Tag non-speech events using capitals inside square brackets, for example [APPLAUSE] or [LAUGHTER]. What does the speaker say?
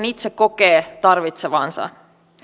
[UNINTELLIGIBLE] itse kokee tarvitsevansa